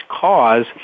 Cause